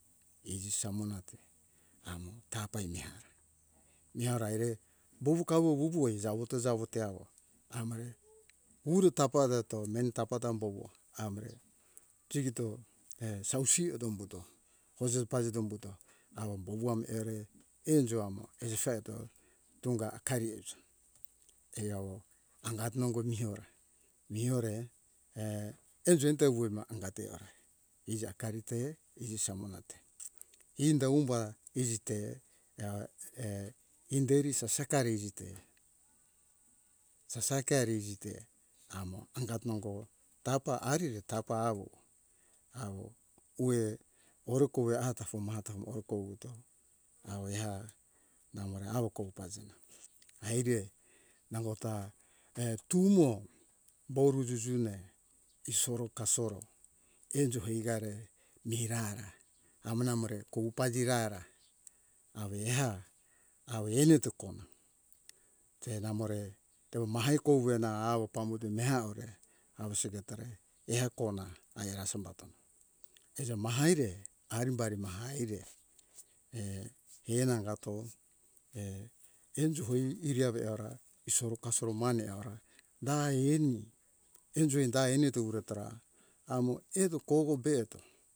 Iji samona te amo tapa imeha mehara ere poukawo wuvue err jawo te jawo te awo amare poru tapa reto meni tapa em bowoe bowo amore jigito err sausi eto umbuto hose pazeto umbuto awo bowu am ere enjo amo esusa eto tunga hakari euja eawo angat nongo mihora mihore err enjo eto wuema angat tehora iji akarite iji samuna te inda umba iji te ea err inderi saseka iji te sasakari iji te amo angat nongo tapa arire tapa awo hue oro kowe ata fomahata oro kove eto awo eha namore awo ko pazi ena haire nango ta err tumo boru jujune isoro kasoro enjo heirare mihi rara amo namore kohu pazira ara awoeha awo eneto koma te namore tevo mahai kovu ena awo pambute meha ore awo se etore eha kona aera sombo tona eto mahai re arimbari mahai eire hehe err nangato err enjo hoi iri are eora toru kasero mane aura da ani enjo da ani do ure tora amo edo kovo be to